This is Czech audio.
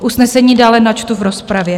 Usnesení dále načtu v rozpravě.